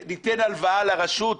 ניתן הלוואה לרשות,